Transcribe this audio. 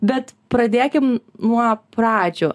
bet pradėkim nuo pradžių